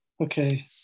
Okay